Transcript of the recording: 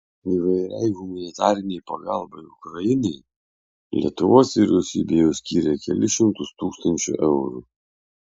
įvairiai humanitarinei pagalbai ukrainai lietuvos vyriausybė jau skyrė kelis šimtus tūkstančių eurų